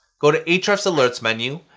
go to ahrefs' alerts menu.